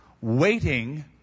waiting